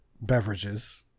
beverages